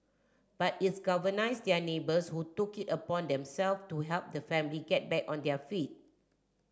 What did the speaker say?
but its galvanised their neighbours who took it upon them self to help the family get back on their feet